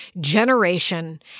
generation